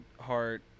Heart